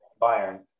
Bayern